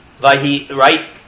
Right